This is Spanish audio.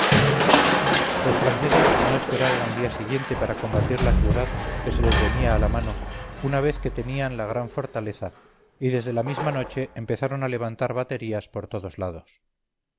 los franceses no esperaron al día siguiente para combatir la ciudad que se les venía a la mano una vez que tenían la gran fortaleza y desde la misma noche empezaron a levantar baterías por todos lados